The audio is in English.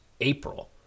April